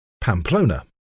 Pamplona